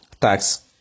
tax